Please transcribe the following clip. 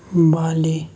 Bali